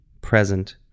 present